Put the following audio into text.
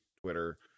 Twitter